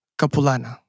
capulana